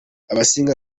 baciwe